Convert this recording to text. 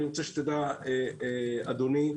אדוני,